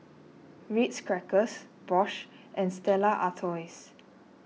Ritz Crackers Bosch and Stella Artois